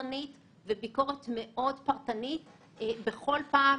אורחת מכובדת בוועדת הכלכלה,